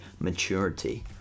maturity